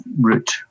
route